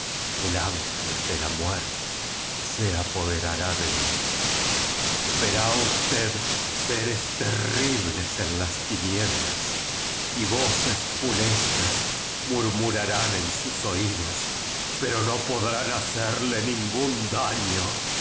el ángel de la muerto se apoderará de mi verá usted seres terribles en los tinieblas y vocea funestas murmurarán en bus o idus pero no podrán hacerle ningún daño